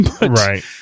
right